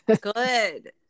good